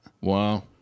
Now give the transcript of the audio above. Wow